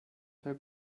fer